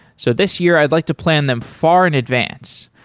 so this year i'd like to plan them far in advance.